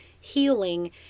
healing